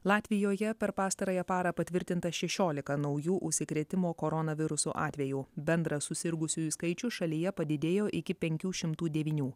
latvijoje per pastarąją parą patvirtinta šešiolika naujų užsikrėtimo koronavirusu atvejų bendras susirgusiųjų skaičius šalyje padidėjo iki penkių šimtų devynių